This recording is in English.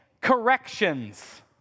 corrections